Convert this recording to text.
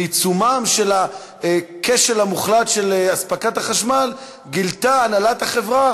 בעיצומו של הכשל המוחלט של אספקת החשמל גילתה הנהלת החברה